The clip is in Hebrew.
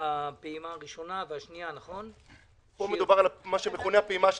בפעימות הראשונות והשנייה- - פה מדובר על מה שמכונה הפעימה השלישית.